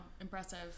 Impressive